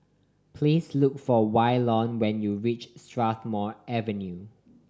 please look for Waylon when you reach Strathmore Avenue